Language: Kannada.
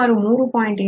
ಸುಮಾರು 3